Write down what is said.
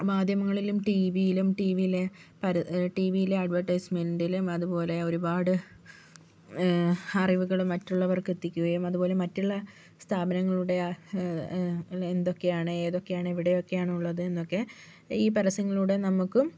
മാധ്യമങ്ങളിലും ടി വിയിലും ടി വീയിലെ ടി വീയിലെ അഡ്വർടൈസ്മെൻ്റിലും അതുപോലെ ഒരുപാട് അറിവുകൾ മറ്റുള്ളവർക്ക് എത്തിക്കുകയും അതുപോലെ മറ്റുള്ള സ്ഥാപനങ്ങളുടെ ആ എന്തൊക്കെയാണ് ഏതൊക്കെയാണ് എവിടെയൊക്കെയാണ് ഉള്ളത് എന്നൊക്കെ ഈ പരസ്യങ്ങളിലൂടെ നമുക്കും